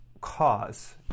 cause